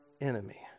enemy